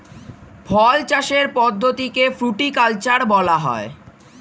ফল চাষের পদ্ধতিকে ফ্রুটিকালচার বলা হয়